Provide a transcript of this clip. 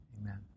Amen